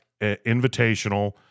Invitational